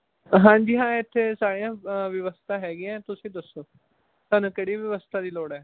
ਹਾਂਜੀ ਹਾਂ ਇੱਥੇ ਸਾਰੀਆਂ ਵਿਵਸਥਾ ਹੈਗੀਆਂ ਤੁਸੀਂ ਦੱਸੋ ਤੁਹਾਨੂੰ ਕਿਹੜੀ ਵਿਵਸਥਾ ਦੀ ਲੋੜ ਹੈ